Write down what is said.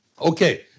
Okay